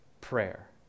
prayer